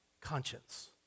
conscience